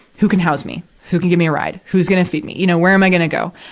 who can house me? who can give me a ride? who's gonna feed me? you know, where am i gonna go?